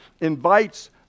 invites